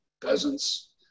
peasants